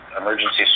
emergency